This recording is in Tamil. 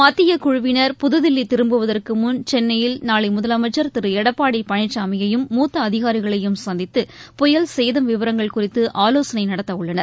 மத்தியக் குழுவினர் புதுதில்லி திரும்புவதற்கு முன் சென்னையில் நாளை முதலமைச்சர் திரு எடப்பாடி பழனிசாமியையும் மூத்த அதிகாரிகளையும் சந்தித்து புயல் சேதம் விவரங்கள் குறித்து ஆலோசனை நடத்தவுள்ளனர்